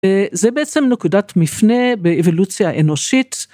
זה בעצם נקודת מפנה באבולוציה אנושית.